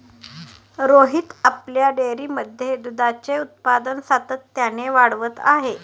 रोहित आपल्या डेअरीमध्ये दुधाचे उत्पादन सातत्याने वाढवत आहे